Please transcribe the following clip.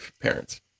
parents